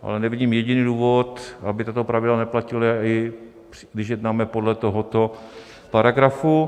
Ale nevidím jediný důvod, aby tato pravidla neplatila, i když jednáme podle tohoto paragrafu.